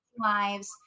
lives